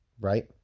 right